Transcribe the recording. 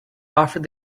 offered